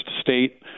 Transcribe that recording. state